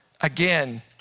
Again